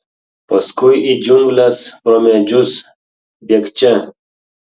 paskui į džiungles pro medžius bėgčia